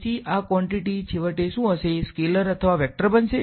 તેથી આ ક્વોંટીટી છેવટે સ્કેલેર અથવા વેક્ટર બનશે